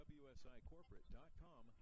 wsicorporate.com